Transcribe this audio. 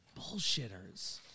Bullshitters